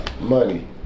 money